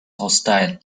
hostile